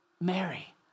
Mary